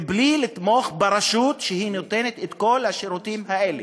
בלי לתמוך ברשות, שהיא נותנת את כל השירותים האלה?